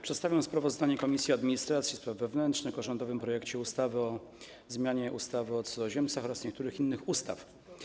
Przedstawiam sprawozdanie Komisji Administracji i Spraw Wewnętrznych o rządowym projekcie ustawy o zmianie ustawy o cudzoziemcach oraz niektórych innych ustaw.